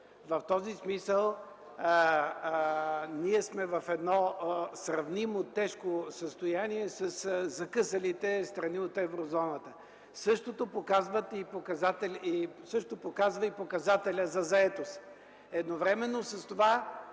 В този смисъл ние сме в едно сравнимо тежко състояние със закъсалите страни от Еврозоната. Същото показва и показателят за заетост. Едновременно с това